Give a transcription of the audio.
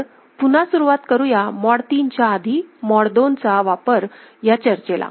तर पुन्हा सुरुवात करूया मॉड 3 च्या आधी मॉड 2 चा वापर या चर्चेला